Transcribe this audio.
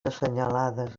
assenyalades